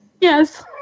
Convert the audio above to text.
Yes